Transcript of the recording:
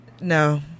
no